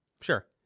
sure